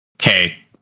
okay